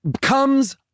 comes